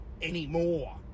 anymore